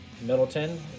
middleton